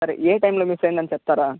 సరే ఏ టైములో మిస్ అయ్యిందని చెప్తారా